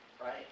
Right